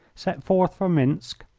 set forth for minsk,